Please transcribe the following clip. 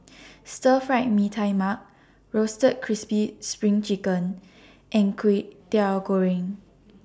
Stir Fried Mee Tai Mak Roasted Crispy SPRING Chicken and Kway Teow Goreng